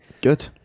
good